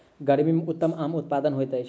गर्मी मे उत्तम आमक उत्पादन होइत अछि